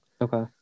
Okay